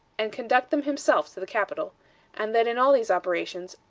and conduct them himself to the capital and that in all these operations,